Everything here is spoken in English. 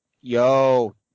Yo